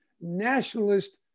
Nationalist